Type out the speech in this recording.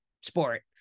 sport